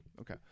Okay